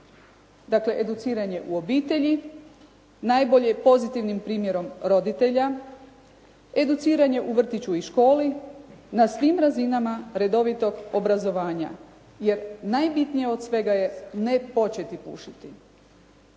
Dakle, educiranje u obitelji najbolje pozitivnim primjerom roditelja, educiranje u vrtiću i školi, na svim razinama redovitog obrazovanja. Jer najbitnije od svega je ne početi pušiti.